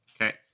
Okay